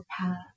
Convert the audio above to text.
path